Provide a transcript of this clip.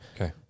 Okay